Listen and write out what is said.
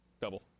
Double